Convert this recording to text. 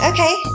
Okay